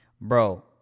Bro